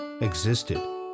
existed